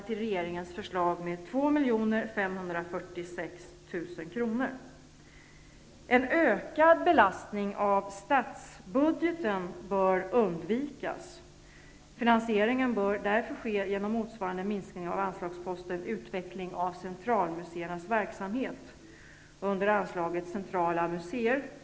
till En ökad belastning av statsbudgeten bör undvikas. Finansieringen bör därför ske genom motsvarande minskning av anslagsposten Utveckling av centralmuseernas verksamhet under anslaget Herr talman!